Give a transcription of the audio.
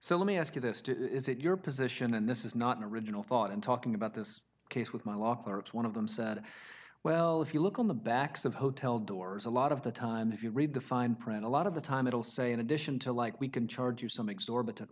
so let me ask you this is it your position and this is not an original thought in talking about this case with my law clerks one of them said well if you look on the backs of hotel doors a lot of the time if you read the fine print a lot of the time it'll say in addition to like we can charge you some exorbitant